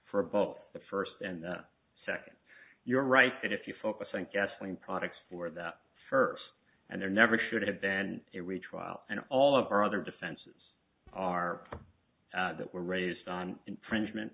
for both the first and second you're right that if you focus on gasoline products for the first and there never should have been there were a trial and all of our other defenses are that were raised on infringement